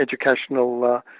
educational